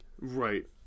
Right